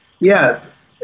Yes